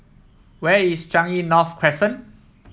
where is Changi North Crescent